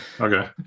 Okay